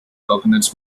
coconuts